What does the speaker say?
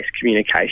communication